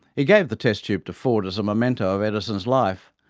he gave the test tube to ford as a memento of edison's life,